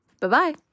Bye-bye